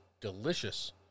delicious